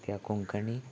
त्या कोंकणी